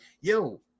yo